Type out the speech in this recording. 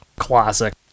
Classic